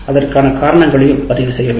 இதற்கான காரணங்களையும் பதிவு செய்ய வேண்டும்